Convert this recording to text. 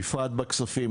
ובפרט בוועדת הכספים.